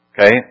Okay